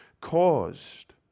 caused